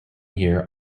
here